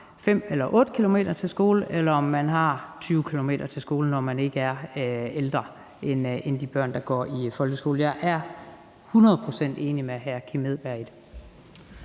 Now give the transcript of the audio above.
5 eller 8 km til skole, eller om man har 20 km til skole, når man ikke er ældre end de børn, der går i folkeskolen. Jeg er hundrede procent enig med hr. Kim Edberg Andersen i det.